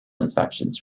infections